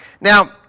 Now